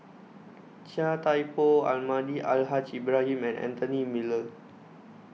Chia Thye Poh Almahdi Al Haj Ibrahim and Anthony Miller